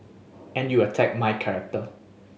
and you attack my character